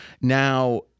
Now